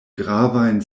gravajn